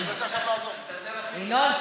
ינון,